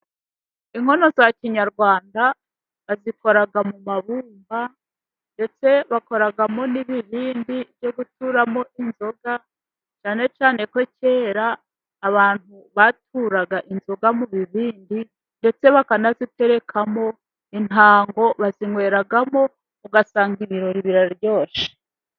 Inkono za Kinyarwanda bazikora mu mabumba, ndetse bakoramo n’ibibindi byo guturamo inzoga. Cyane cyane ko kera abantu baturaga inzoga mu bibindi, ndetse bakanaziterekamo intango bazinyweramo. Ugasanga ibirori biraryoshye.